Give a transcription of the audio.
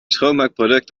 schoonmaakproduct